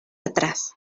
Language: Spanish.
atrás